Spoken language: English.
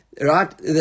Right